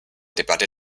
debatte